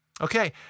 Okay